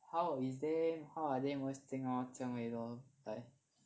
他问 is there how are they 这样而已 lor